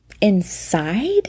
Inside